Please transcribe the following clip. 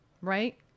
Right